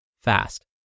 fast